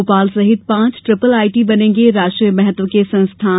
भोपाल सहित पांच triple IT बनेंगे राष्ट्रीय महत्व के संस्थान